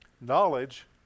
Knowledge